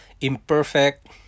imperfect